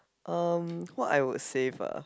um what I would save ah